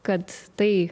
kad tai